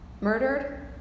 murdered